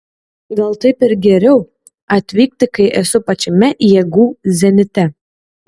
gal taip ir geriau atvykti kai esu pačiame jėgų zenite